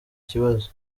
kibazo